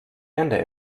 ende